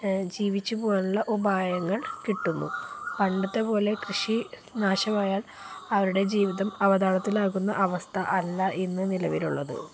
ജീവിച്ചുപോകാനുള്ള ഉപായങ്ങൾ കിട്ടുന്നു പണ്ടത്തെപ്പോലെ കൃഷി നാശമായാൽ അവരുടെ ജീവിതം അവതാളത്തിലാകുന്ന അവസ്ഥയല്ല ഇന്ന് നിലവിലുള്ളത്